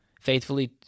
faithfully